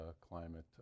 climate